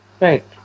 Right